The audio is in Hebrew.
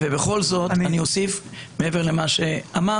אני בכל זאת אוסיף מעבר למה שאמרת.